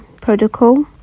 protocol